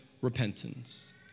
repentance